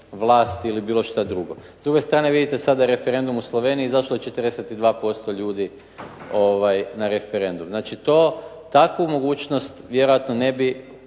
vlast ili bilo šta drugo. S druge strane vidite sada referendum u Sloveniji, izašlo je 42% ljudi na referendum. Znači to, takvu mogućnost vjerojatno ne bi